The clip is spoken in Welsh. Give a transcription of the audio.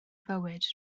fywyd